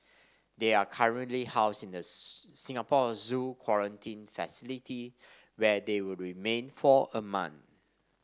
they are currently housed in the Singapore Zoo quarantine facility where they will remain for a month